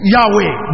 Yahweh